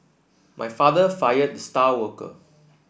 my father fired the star worker